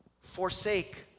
forsake